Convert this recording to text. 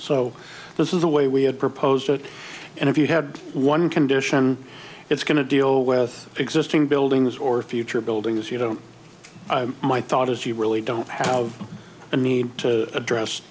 so this is the way we had proposed it and if you had one condition it's going to deal with existing buildings or future buildings you know my thought is you really don't have a need to address